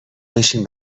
بشین